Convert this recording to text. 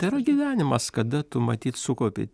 tai yra gyvenimas kada tu matyt sukaupi